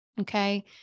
Okay